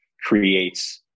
creates